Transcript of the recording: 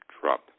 Trump